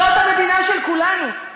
זאת המדינה של כולנו,